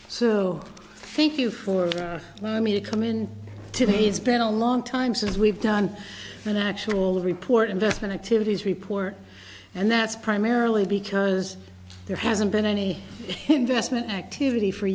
so thank you for my me to come in to these been a long time since we've done an actual report investment activities report and that's primarily because there hasn't been any investment activity for